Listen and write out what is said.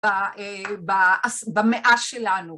‫במאה שלנו.